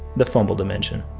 the fumbled dimension.